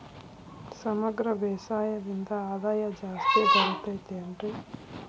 ಸಮಗ್ರ ಬೇಸಾಯದಿಂದ ಆದಾಯ ಜಾಸ್ತಿ ಬರತೈತೇನ್ರಿ?